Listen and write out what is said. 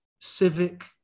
civic